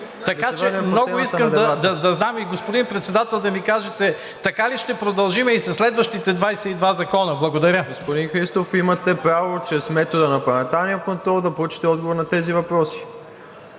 Така че много искам да знам и господин Председател, да ми кажете: така ли ще продължим и със следващите 22 закона? Благодаря. ПРЕДСЕДАТЕЛ МИРОСЛАВ ИВАНОВ: Господин Христов, имате право чрез метода на парламентарния контрол да получите отговор на тези въпроси.